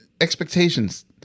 expectations